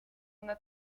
una